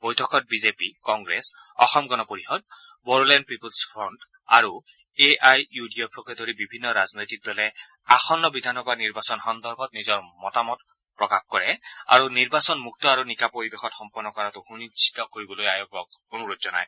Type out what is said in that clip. বৈঠকত BJP Congress Asom Gana Parishad Bodoland People's Front আৰু এ আই ইউ ডি এফকে ধৰি বিভিন্ন ৰাজনৈতিক দলে আসন্ন বিধানসভা নিৰ্বাচন সন্দৰ্ভত নিজৰ নিজৰ মতামত প্ৰকাশ কৰে আৰু নিৰ্বাচন মুক্ত আৰু নিকা পৰিৱেশত সম্পন্ন কৰাটো সুনিশ্চিত কৰিবলৈ আয়োগক অনুৰোধ জনায়